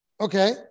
Okay